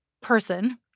person